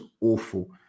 awful